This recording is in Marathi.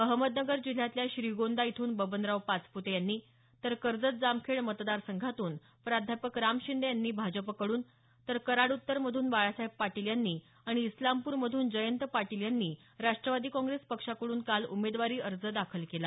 अहमदनगर जिल्ह्यातल्या श्रीगोंदा इथून बबनराव पाचपुते यांनी तर कर्जत जामखेड मतदारसंघातून प्राध्यापक राम शिंदे यांनी भाजपकडून तर कराड उत्तर मधून बाळासाहेब पाटील यांनी आणि इस्लामपूर मधून जयंत पाटील यांनी राष्टवादी काँग्रेस पक्षाकडून काल उमेदवारी अर्ज दाखल केला